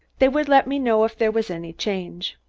they would let me know if there was any change.